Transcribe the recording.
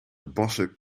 bassen